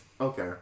Okay